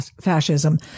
fascism